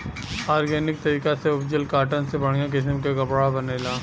organic तरीका से उपजल कॉटन से बढ़िया किसम के कपड़ा बनेला